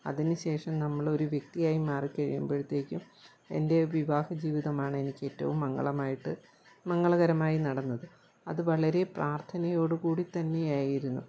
അതിനുശേഷം നമ്മൾ ഒരു വ്യക്തിയായി മാറി കഴിയുമ്പോഴത്തേക്കും എൻ്റെ വിവാഹ ജീവിതമാണെനിക്കേറ്റവും മംഗളമായിട്ട് മംഗളകരമായി നടന്നത് അതു വളരെ പ്രാർത്ഥനയോടുകൂടി തന്നെയായിരുന്നു